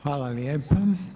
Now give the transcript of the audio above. Hvala lijepo.